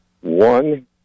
One